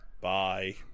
Bye